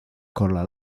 cola